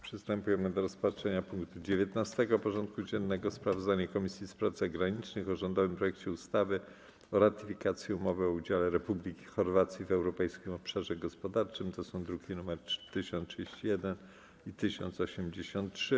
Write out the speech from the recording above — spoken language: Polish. Przystępujemy do rozpatrzenia punktu 19. porządku dziennego: Sprawozdanie Komisji Spraw Zagranicznych o rządowym projekcie ustawy o ratyfikacji Umowy o udziale Republiki Chorwacji w Europejskim Obszarze Gospodarczym (druki nr 1031 i 1083)